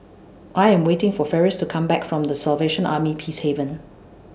I Am waiting For Ferris to Come Back from The Salvation Army Peacehaven